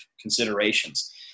considerations